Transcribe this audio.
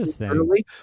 early